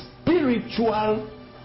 spiritual